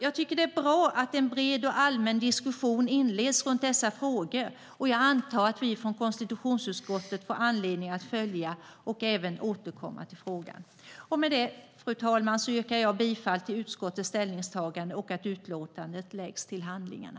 Jag tycker att det är bra att en bred allmän diskussion inleds runt dessa frågor, och jag antar att vi från konstitutionsutskottet får anledning att följa och även återkomma till frågan. Med det, fru talman, yrkar jag bifall till utskottets förslag till beslut att lägga utlåtandet till handlingarna.